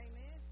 Amen